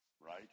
right